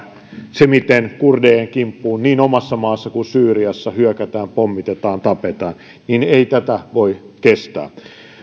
sitä miten kurdejen kimppuun niin omassa maassa kuin syyriassa hyökätään ja heitä pommitetaan ja tapetaan niin ei tätä voi kestää